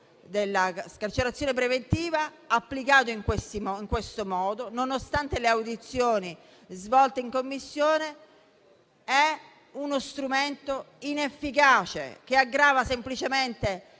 della carcerazione preventiva, applicato in questo modo, nonostante quanto emerso dalle audizioni svolte in Commissione, è uno strumento inefficace, che aggrava semplicemente